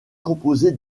composée